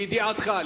לידיעתך.